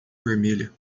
vermelha